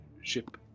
ship